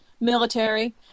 military –